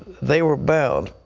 they were bound.